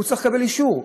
הוא צריך לקבל אישור,